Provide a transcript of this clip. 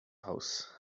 house